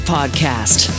Podcast